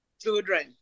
children